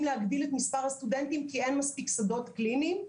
להגדיל את מספר הסטודנטים כי אין מספיק שדות קליניים.